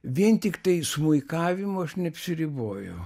vien tiktai smuikavimu aš neapsiriboju